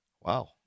Wow